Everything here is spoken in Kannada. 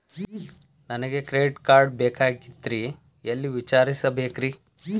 ನನಗೆ ಕ್ರೆಡಿಟ್ ಕಾರ್ಡ್ ಬೇಕಾಗಿತ್ರಿ ಎಲ್ಲಿ ವಿಚಾರಿಸಬೇಕ್ರಿ?